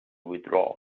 withdraw